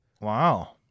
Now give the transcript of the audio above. Wow